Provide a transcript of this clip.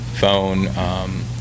phone